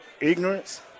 ignorance